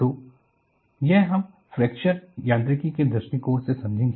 तो यह हम फ्रैक्चर यांत्रिकी के दृष्टिकोण से समझेंगे